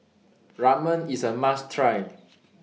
Ramen IS A must Try